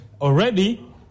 Already